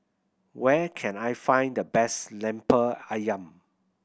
where can I find the best Lemper Ayam